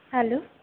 hello